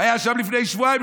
הוא היה שם לפני שבועיים,